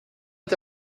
est